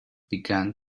began